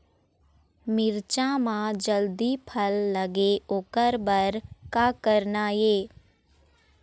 मिरचा म जल्दी फल लगे ओकर बर का करना ये?